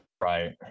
right